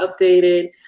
updated